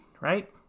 right